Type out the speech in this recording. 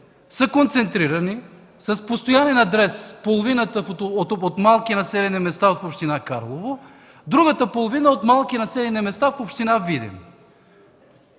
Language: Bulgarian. са концентрирани с постоянен адрес – половината от малки населени места от община Карлово, а другата половина – от малки населени места в община Видин.